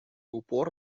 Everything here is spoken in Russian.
упор